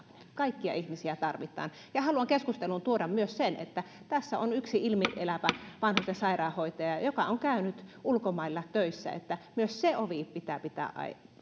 kaikkia ihmisiä tarvitaan haluan keskusteluun tuoda myös sen että tässä on yksi ilmielävä vanhusten sairaanhoitaja joka on käynyt ulkomailla töissä myös se ovi pitää pitää